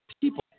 people